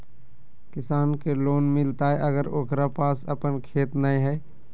किसान के लोन मिलताय अगर ओकरा पास अपन खेत नय है?